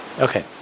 Okay